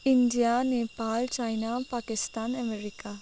India Nepal China Pakistan America